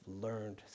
learned